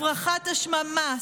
הפרחת השממה,